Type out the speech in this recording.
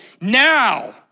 Now